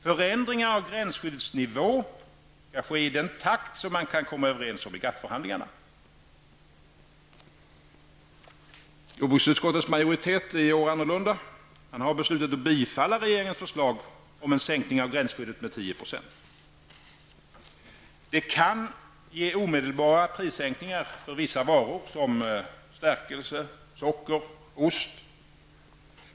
Förändringar av gränsskyddets nivå skulle ske i den takt man kom överens om i GATT Jordbruksutskottets majoritet har i år beslutat annorlunda, nämligen att bifalla regeringens förslag om en sänkning av gränsskyddet med 10 %. Det kan ge omedelbara prissänkningar för vissa varor som stärkelse, socker och ost.